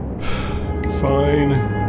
Fine